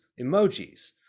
emojis